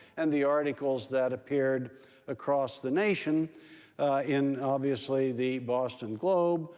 and the articles that appeared across the nation in obviously the boston globe,